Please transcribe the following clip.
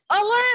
alert